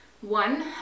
One